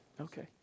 okay